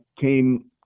came